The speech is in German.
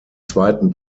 zweiten